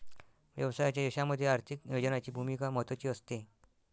व्यवसायाच्या यशामध्ये आर्थिक नियोजनाची भूमिका महत्त्वाची असते